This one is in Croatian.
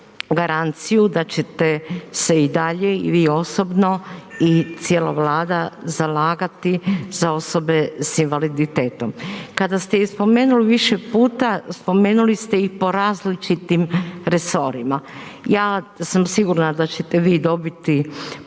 garanciju da ćete se i dalje i vi osobno i cijela vlada zalagati za osobe s invaliditetom. Kada ste ih spomenuli više puta, spomenuli ste ih po različitim resorima. Ja sam sigurna da ćete vi dobiti